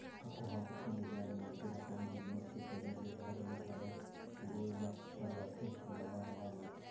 कतको घांव, कतको महिना ले मनसे ल कोनो बिजनेस के करे ले घर ले घलौ पुरोय ल पर जाथे नवा नवा म